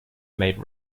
made